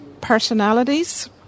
personalities